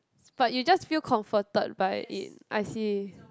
but you just feel comforted by it I see